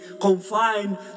confined